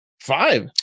Five